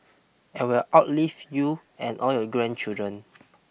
and will outlive you and all your grandchildren